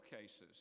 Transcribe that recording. cases